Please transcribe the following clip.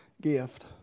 gift